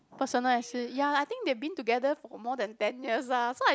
personal assi~ ya I think they been together for more than ten years ah so I